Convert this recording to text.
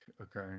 okay